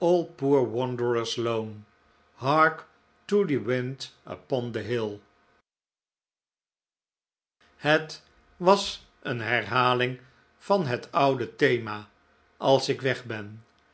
het was een herhaling van het oude thema als ik weg ben